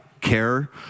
care